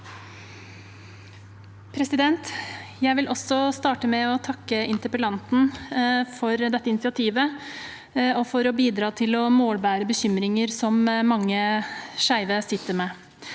Jeg vil også starte med å takke interpellanten for dette initiativet og for at hun bidrar til å målbære bekymringer som mange skeive sitter med.